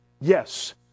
Yes